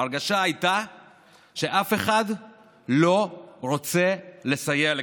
ההרגשה הייתה שאף אחד לא רוצה לסייע לקשישים.